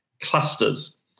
clusters